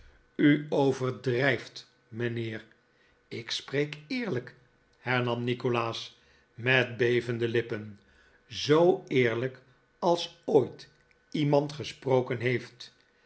gij overdrijft mijnheer ik spreek eerlijk hernam nikolaas met bevende lippen zoo eerlijk als ooit iemand gesproken heeft